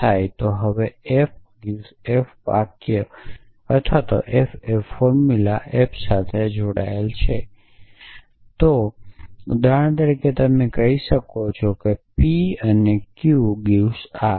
હવે f 🡪 f વાક્ય અથવા f એ ફોર્મુલા f સાથે જોડાયેલ છે તો ઉદાહરણ તરીકે તમે કહી શકો કે p અને q 🡪 r